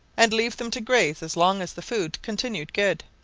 and leave them to graze as long as the food continued good.